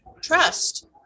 trust